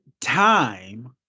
time